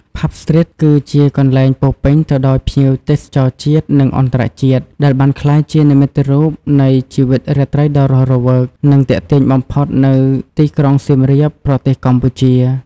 ផាប់ ស្ទ្រីត គឺជាកន្លែងពោរពេញទៅដោយភ្ញៀវទេសចរជាតិ និងអន្តរជាតិដែលបានក្លាយជានិមិត្តរូបនៃជីវិតរាត្រីដ៏រស់រវើក និងទាក់ទាញបំផុតនៅទីក្រុងសៀមរាប ប្រទេសកម្ពុជា។